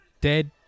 dead